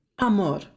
Amor